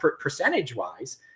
percentage-wise